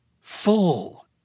full